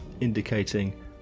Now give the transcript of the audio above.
indicating